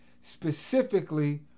specifically